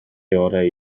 orau